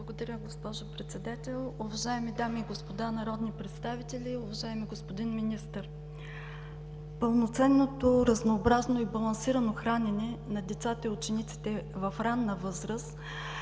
Благодаря, госпожо Председател. Уважаеми дами и господа народни представители, уважаеми господин Министър! Пълноценното, разнообразно и балансирано хранене на децата и учениците в ранна възраст